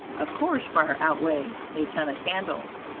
of course, far outweigh a ton of candles.